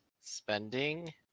Spending